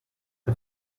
the